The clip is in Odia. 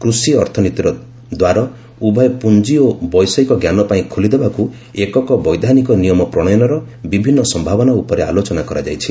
କୃଷି ଅର୍ଥନୀତିର ଦ୍ୱାର ଉଭୟ ପୁଞ୍ଜି ଓ ବୈଷୟିକ ଜ୍ଞାନପାଇଁ ଖୋଲିଦେବାକୁ ଏକକ ବୈଧାନିକ ନିୟମ ପ୍ରଶୟନର ବିଭିନ୍ନ ସମ୍ଭାବନା ଉପରେ ଆଲୋଚନା କରାଯାଇଛି